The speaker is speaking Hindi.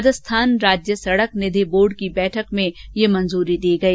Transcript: राजस्थान राज्य सड़क निधि बोर्डे की बैठक में मंजूरी दी गई